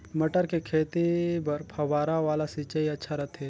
मटर के खेती बर फव्वारा वाला सिंचाई अच्छा रथे?